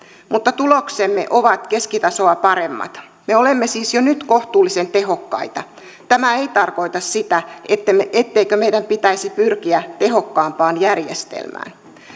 mutta tuloksemme ovat keskitasoa paremmat me olemme siis jo nyt kohtuullisen tehokkaita tämä ei tarkoita sitä etteikö meidän pitäisi pyrkiä tehokkaampaan järjestelmään